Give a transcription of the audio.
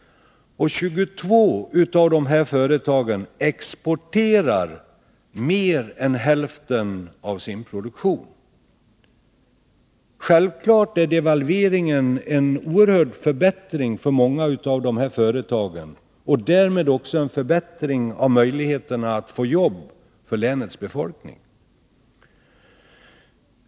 22 av dessa företag exporterar mer än hälften av sin produktion. Självklart innebär devalveringen en oerhörd förbättring för många av dessa företag och därmed också ökade möjligheter att få jobb för länets befolkning.